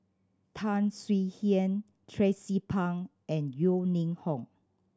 Tan Swie Hian Tracie Pang and Yeo Ning Hong